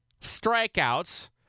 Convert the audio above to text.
strikeouts